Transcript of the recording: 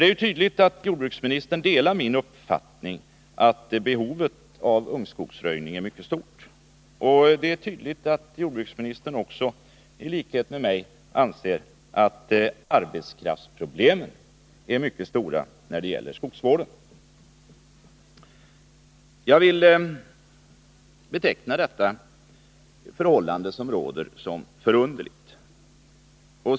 Det är ju tydligt att jordbruksministern delar min uppfattning att behovet av ungskogsröjning är mycket stort. Av allt att döma anser också jordbruksministern, i likhet med mig, att arbetskraftsproblemen är mycket stora när det gäller skogsvården. Jag vill beteckna det rådande förhållandet som förunderligt.